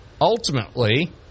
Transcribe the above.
ultimately